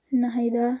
Nahida